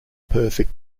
perfect